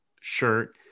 shirt